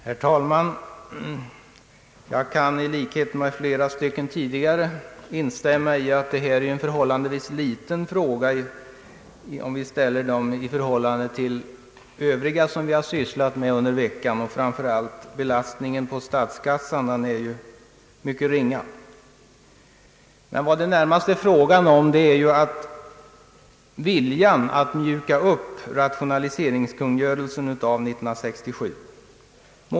Herr talman! Jag kan i likhet med flera tidigare talare instämma i att detta är en liten fråga i förhållande till övriga ärenden som vi sysslat med under veckan. Framför allt är belastningen på statskassan mycket ringa. Närmast är det fråga om viljan att mjuka upp rationaliseringskungörelsen av år 1967.